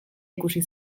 ikusi